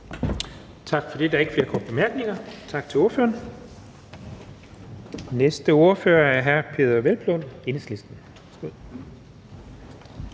Tak for det. Der er ikke flere korte bemærkninger. Tak til ordføreren. Næste ordfører er hr. Peder Hvelplund, Enhedslisten.